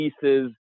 pieces